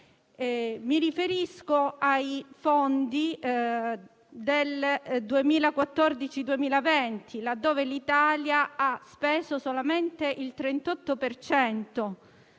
Mi riferisco ai fondi del 2014-2020: l'Italia ha speso solamente il 38